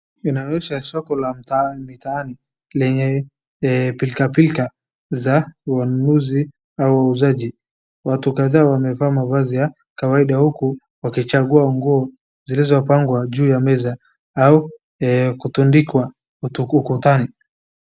Inaonyesha soko la mtaani lenye pilkapilka za uamuzi au uuzaji. Watu kadhaa wamevaa mavazi ya kawaida huku wakichagua nguo zilizopangwa juu ya meza au kutundikwa ukutani.